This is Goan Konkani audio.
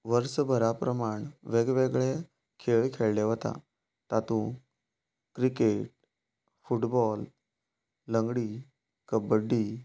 वर्सभरा प्रमाण वेगवेगळे खेळ खेळ्ळे वतात तातूंत क्रिकेट फुटबाॅल लंगडी कबड्डी